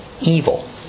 evil